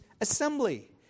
assembly